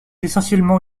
essentiellement